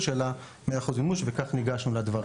אלא 100% מימוש וכך ניגשנו לדברים.